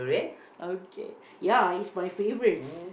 okay ya is my favourite